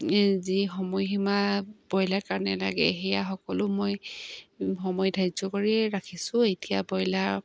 যি সময়সীমা ব্ৰইলাৰ কাৰণে লাগে সেয়া সকলো মই সময় ধাৰ্য কৰিয়ে ৰাখিছোঁ এতিয়া ব্ৰইলাৰ